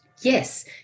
yes